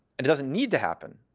it doesn't need to happen.